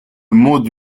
mode